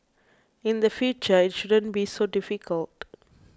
in the future it shouldn't be so difficult